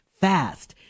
fast